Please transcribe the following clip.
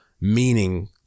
Meaning